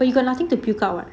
but you got nothing to pick out [what]